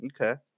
Okay